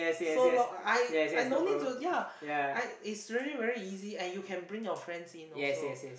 so long I I no need to ya I is really very easy and you can bring your friends in also